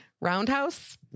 Roundhouse